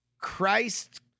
christ